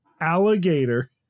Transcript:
Alligator